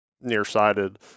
nearsighted